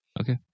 okay